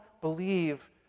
believe